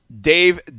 Dave